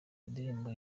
indirimbo